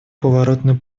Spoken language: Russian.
поворотный